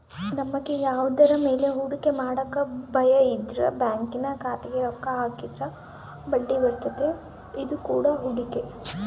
ನಮಗೆ ಯಾವುದರ ಮೇಲೆ ಹೂಡಿಕೆ ಮಾಡಕ ಭಯಯಿದ್ರ ಬ್ಯಾಂಕಿನ ಖಾತೆಗೆ ರೊಕ್ಕ ಹಾಕಿದ್ರ ಬಡ್ಡಿಬರ್ತತೆ, ಇದು ಕೂಡ ಹೂಡಿಕೆ